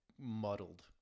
muddled